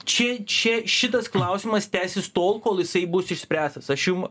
čia čia šitas klausimas tęsis tol kol jisai bus išspręstas aš jum